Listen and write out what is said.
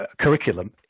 curriculum